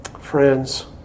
Friends